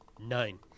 Nine